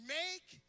make